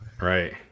Right